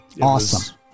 awesome